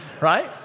right